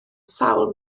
sawl